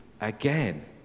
again